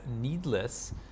needless